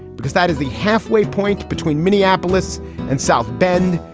because that is the halfway point between minneapolis and south bend.